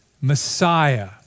Messiah